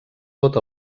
tot